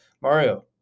Mario